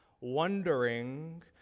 wondering